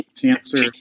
cancer